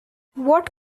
what